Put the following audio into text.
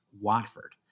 Watford